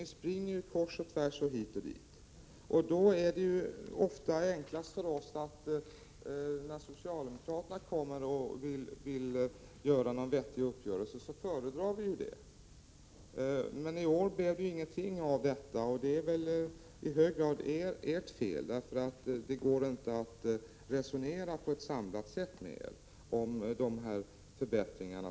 Ni springer ju bara hit och dit. När då socialdemokraterna vill träffa en vettig uppgörelse föredrar vi det, eftersom det är enklare för oss. Men i år blev det ingenting av detta, och det är i hög grad ert fel. Det går inte att resonera med er på ett samlat sätt om nödvändiga förbättringar.